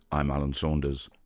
i'm alan saunders.